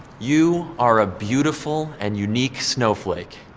you are a beautiful and unique snowflake.